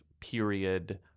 period